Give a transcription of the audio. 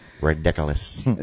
ridiculous